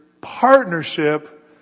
partnership